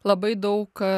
labai daug